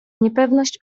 niepewność